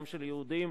גם של יהודים